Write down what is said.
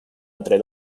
entre